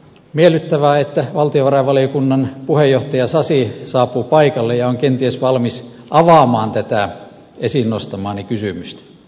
miellyttävää että valtiovarainvaliokunnan puheenjohtaja sasi saapuu paikalle ja on kenties valmis avaamaan tätä esiin nostamaani kysymystä